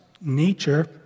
Nature